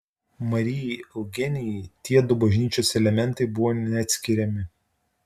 marijai eugenijai tiedu bažnyčios elementai buvo neatskiriami